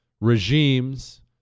regimes